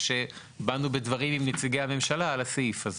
כשבאנו בדברים עם נציגי הממשלה על הסעיף הזה.